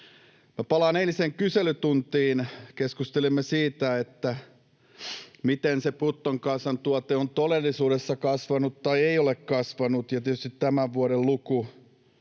Palaan eiliseen kyselytuntiin, kun keskustelimme siitä, miten se bruttokansantuote on todellisuudessa kasvanut tai ei ole kasvanut, ja tietysti